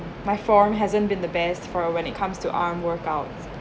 my forearm hasn't been the best for when it comes to arm workouts